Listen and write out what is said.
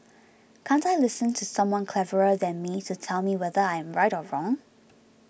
can't I listen to someone cleverer than me to tell me whether I am right or wrong